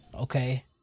okay